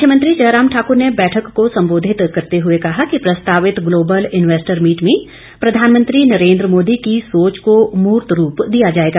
मुख्यमंत्री जयराम ठाकुर ने बैठक को संबोधित करते हुए कहा कि प्रस्तावित ग्लोबल इन्वेस्टर मीट में प्रधानमंत्री नरेंद्र मोदी की सोच को मूर्त रूप दिया जाएगा